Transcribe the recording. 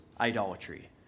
idolatry